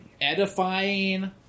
edifying